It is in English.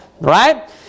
right